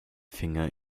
finger